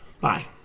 Bye